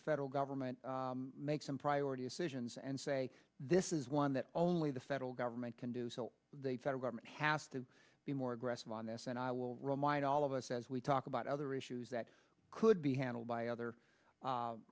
the federal government make some priority of stations and say this is one that only the federal government can do so they federal government has to be more aggressive on this and i will remind all of us as we talk about other issues that could be handled by other